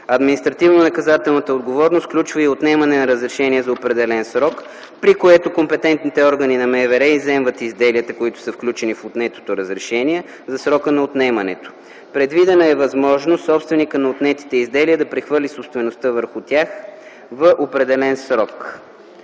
Административнонаказателната отговорност включва и отнемане на разрешение за определен срок, при което компетентните органи на МВР изземват изделията, включени в отнетото разрешение, за срока на отнемането. Предвидена е възможност собственикът на отнетите изделия да прехвърли собствеността върху тях в определен срок.